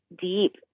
deep